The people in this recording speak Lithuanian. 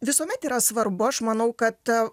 visuomet yra svarbu aš manau kad